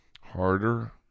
Harder